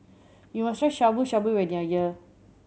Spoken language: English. you must try Shabu Shabu when you are here